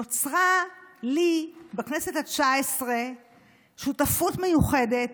נוצרה לי בכנסת התשע-עשרה שותפות מיוחדת